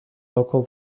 local